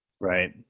right